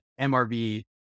MRV